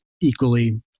equally